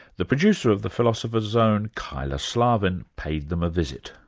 the producer of the philosopher's zone, kyla slaven, paid them a visit.